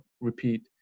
repeat